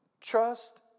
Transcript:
Trust